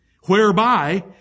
whereby